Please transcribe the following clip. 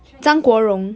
chinese